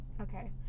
okay